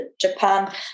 Japan